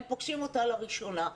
הם פוגשים אותה לראשונה.